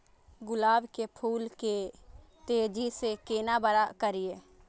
गुलाब के फूल के तेजी से केना बड़ा करिए?